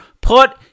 put